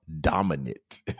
dominant